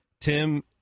Tim